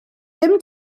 ddim